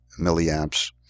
milliamps